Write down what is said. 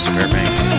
Fairbanks